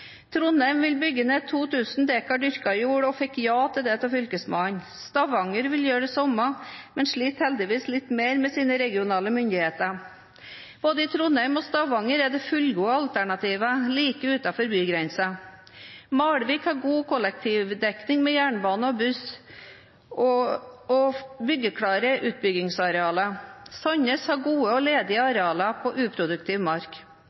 Trondheim vil bygge ned 2 000 dekar dyrket jord og fikk ja til det av Fylkesmannen. Stavanger vil gjøre det samme, men sliter heldigvis litt mer med sine regionale myndigheter. Både i Trondheim og i Stavanger er det fullgode alternativer like utenfor bygrensen. Malvik har god kollektivdekning med jernbane og buss og byggeklare utbyggingsarealer. Sandnes har gode og ledige arealer på uproduktiv mark.